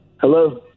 Hello